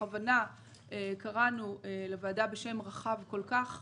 בכוונה קראנו לוועדה בשם רחב כל כך,